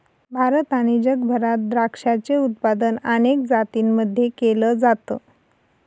भारत आणि जगभरात द्राक्षाचे उत्पादन अनेक जातींमध्ये केल जात